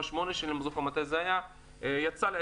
אולי